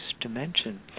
dimension